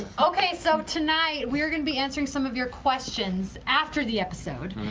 okay. so tonight we're going to be answering some of your questions after the episode,